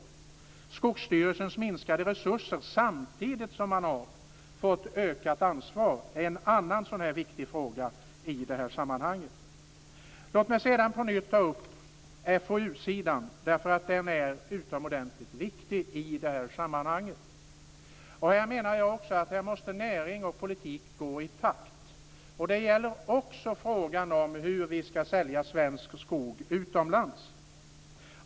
Att Skogsstyrelsen har fått minskade resurser samtidigt som man har fått ökat ansvar är en annan viktig fråga i det här sammanhanget. Låt mig sedan på nytt ta upp FoU-sidan, som är utomordentligt viktig i det här sammanhanget. Här menar jag att näring och politik måste gå i takt. Det gäller också frågan om hur vi skall sälja svensk skog utomlands.